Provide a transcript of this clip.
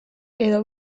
edo